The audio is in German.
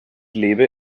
lebe